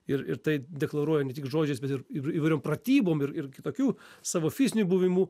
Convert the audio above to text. ir ir tai deklaruoja ne tik žodžiais bet ir ir įvairiom pratybom ir ir kitokiu savo fiziniu buvimu